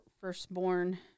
firstborn